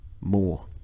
more